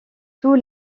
tout